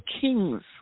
kings